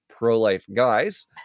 ProLifeGuys